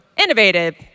innovative